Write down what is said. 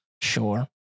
sure